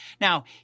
Now